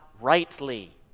rightly